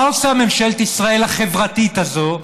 מה עושה ממשלת ישראל, החברתית הזו?